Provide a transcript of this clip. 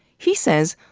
he says,